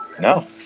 No